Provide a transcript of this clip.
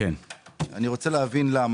ואני רוצה להבין למה.